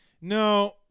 No